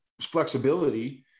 flexibility